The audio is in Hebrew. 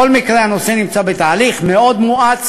בכל מקרה, הנושא נמצא בתהליך מאוד מואץ,